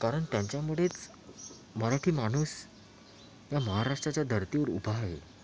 कारण त्यांच्यामुळेच मराठी माणूस या महाराष्ट्राच्या धरतीवर उभा आहे